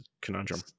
conundrum